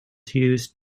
used